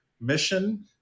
mission